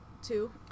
two